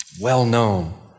well-known